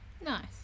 nice